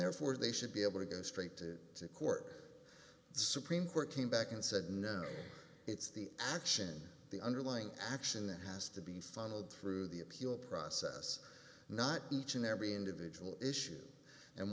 therefore they should be able to go straight to the court supreme court came back and said no it's the action the underlying action has to be funneled through the appeal process not each and every individual issue and